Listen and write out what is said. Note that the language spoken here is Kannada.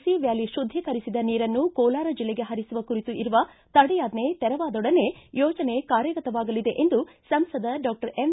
ಸಿ ವ್ಯಾಲಿ ಶುದ್ದೀಕರಿಸಿದ ನೀರನ್ನು ಕೋಲಾರ ಜಿಲ್ಲೆಗೆ ಹರಿಸುವ ಕುರಿತು ಇರುವ ತಡೆಯಾಜ್ಜೆ ತೆರವಾದೊಡನೆ ಯೋಜನೆ ಕಾರ್ಯಗತವಾಗಲಿದೆ ಎಂದು ಸಂಸದ ಡಾಕ್ಟರ್ ಎಂ